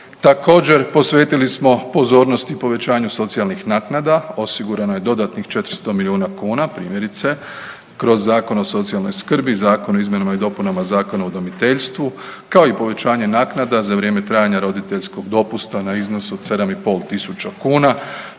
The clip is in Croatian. Također, posvetili smo pozornost i povećanju socijalnih naknada, osigurano je dodatnih 400 milijuna kuna, primjerice, kroz Zakon o socijalnoj skrbi, Zakon o izmjenama i dopunama zakona o udomiteljstvu, kao i povećanje naknada za vrijeme trajanja roditeljskog dopusta na iznos od 7,5 tisuća kuna,